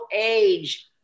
age